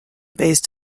based